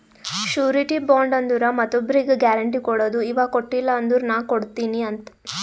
surety bond ಅಂದುರ್ ಮತ್ತೊಬ್ರಿಗ್ guarantee ಕೊಡದು ಇವಾ ಕೊಟ್ಟಿಲ ಅಂದುರ್ ನಾ ಕೊಡ್ತೀನಿ ಅಂತ್